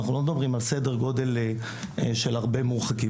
אנחנו לא מדברים על סדר גודל של הרבה מורחקים.